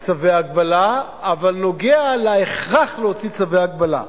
צווי ההגבלה, אבל נוגע להכרח להוציא צווי הגבלה.